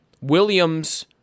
Williams